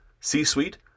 C-suite